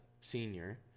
senior